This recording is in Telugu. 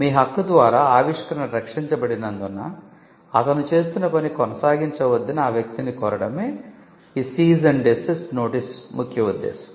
మీ హక్కు ద్వారా ఆవిష్కరణ రక్షించబడినందున అతను చేస్తున్న పని కొనసాగించవద్దని ఆ వ్యక్తిని కోరడమే ఈ notice ముఖ్య ఉద్దేశ్యం